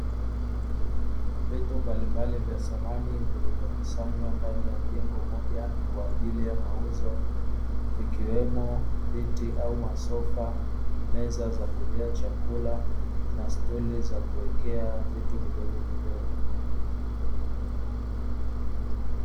Vitu vya samani mbalimbali vilivyokusanywa ndani ya jengo moja kwaajili ya mauzo, vikiwemo viti au masofa meza za kulia chakula na stuli za kuwekea vitu vidogo vidogo.